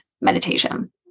meditation